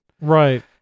Right